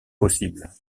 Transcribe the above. possibles